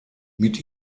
mit